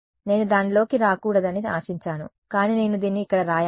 నేను దానిలోకి రాకూడదని ఆశించాను కానీ నేను దీన్ని ఇక్కడ వ్రాయలా